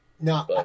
No